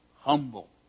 humble